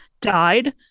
died